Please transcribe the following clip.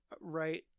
right